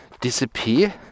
disappear